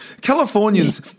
Californians